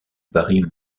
barry